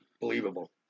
Believable